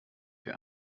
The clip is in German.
wir